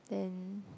then